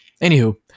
anywho